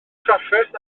trafferth